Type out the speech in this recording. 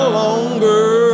longer